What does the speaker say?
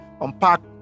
unpack